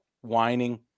whining